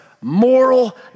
moral